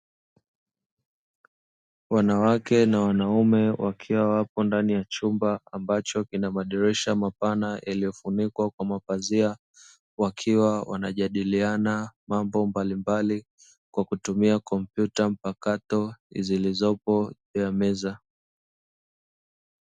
Wanawake na wanaume wakiwa wapo ndani ya chumba ambacho kina madirisha mapana yenye mapazia, wakiwa wanajadiriana mambo mbalimbali kwa kutumia kompyuta mpakato zilizoko mezani.